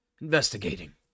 investigating